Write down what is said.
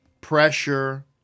pressure